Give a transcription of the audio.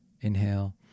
Inhale